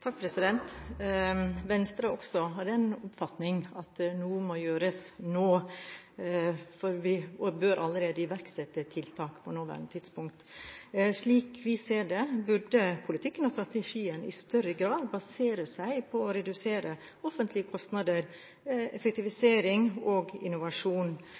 også av den oppfatning at noe må gjøres nå, for vi bør iverksette tiltak allerede på det nåværende tidspunkt. Slik vi ser det, burde politikken og strategien i større grad basere seg på å redusere offentlige kostnader og på effektivisering og innovasjon.